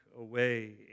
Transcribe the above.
away